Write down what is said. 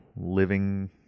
living